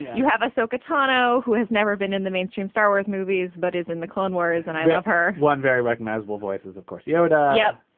you have us so catano, who has never been in the mainstream star wars movies, but is in the clone wars and i love her one very recognizable voices, of course, yoda yeah,